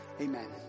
amen